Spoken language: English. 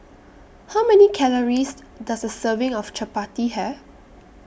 How Many Calories Does A Serving of Chapati Have